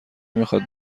میخواد